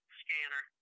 scanner